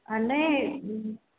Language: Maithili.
आओर नहि